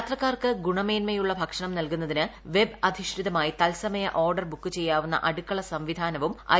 യാത്രക്കാർക്ക് ഗുണമേൻമയുള്ള ഭക്ഷണം നൽകുന്നതിന് വെബ് അധിഷ്ഠിതമായി തത്സമയ ഓർഡർ ബുക്ക് ചെയ്യാവുന്ന അടുക്കള സംവിധാനവും ഐ